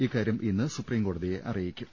ഇക്കാര്യം ഇന്ന് സുപ്രീം കോടതിയെ അറി യിക്കും